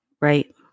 Right